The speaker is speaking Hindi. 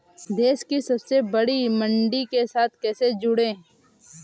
देश की सबसे बड़ी मंडी के साथ कैसे जुड़ें?